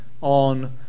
on